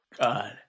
God